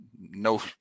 no